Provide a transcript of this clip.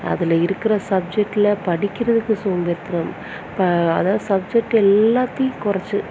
அதில் இருக்கிற சப்ஜெக்ட்டில் படிக்கிறதுக்கு சோம்பேறித்தனம் இப்போ அதாவது சப்ஜெக்ட் எல்லாத்தையும் குறைத்து